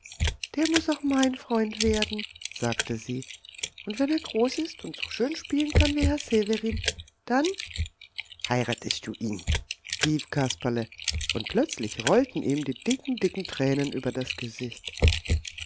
der muß auch mein freund werden sagte sie und wenn er groß ist und so schön spielen kann wie herr severin dann heiratest du ihn rief kasperle und plötzlich rollten ihm die dicken dicken tränen über das gesicht